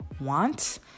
want